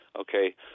Okay